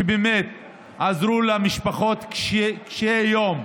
שעזרו למשפחות קשות יום,